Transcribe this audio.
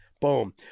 Boom